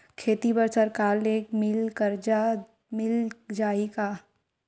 खेती बर सरकार ले मिल कर्जा मिल जाहि का?